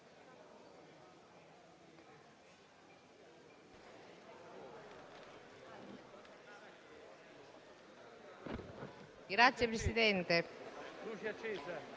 Grazie, Presidente.